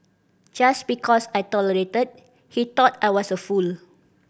just because I tolerated he thought I was a fool